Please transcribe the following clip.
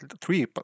three